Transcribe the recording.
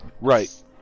Right